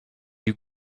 you